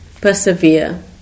persevere